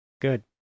good